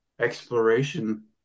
exploration